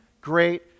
great